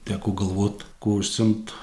teko galvot kuo užsiimt